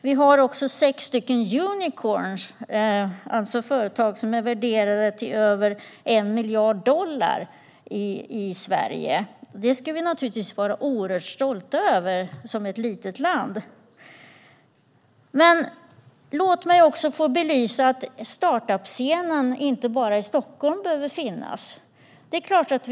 Vi har i Sverige även sex unicorns, alltså företag som är värderade till över 1 miljard dollar. Som ett litet land ska vi naturligtvis vara oerhört stolta över detta. Låt mig dock också få belysa att startup-scenen inte bara behöver finnas i Stockholm.